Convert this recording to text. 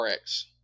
RX